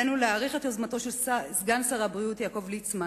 עלינו להעריך את יוזמתו של סגן שר הבריאות יעקב ליצמן.